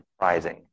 surprising